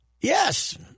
Yes